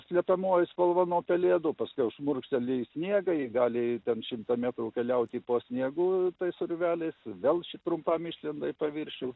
slepiamoji spalva nuo pelėdų paskiau šmurkšteli į sniegą ji gali ten šimtą metrų keliauti po sniegu tais urveliais vėl ši trumpam išlenda į paviršių